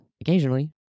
occasionally